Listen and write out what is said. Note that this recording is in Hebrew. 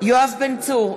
יואב בן צור,